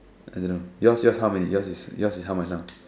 I don't know yours yours how many yours is yours is how much now